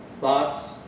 thoughts